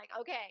okay